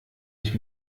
ich